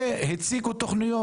הציגו תוכניות.